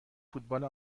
فوتبال